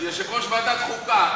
את יושב-ראש ועדת החוקה.